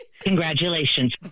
Congratulations